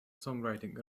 songwriting